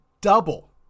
double